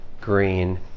Green